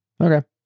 Okay